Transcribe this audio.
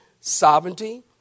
Sovereignty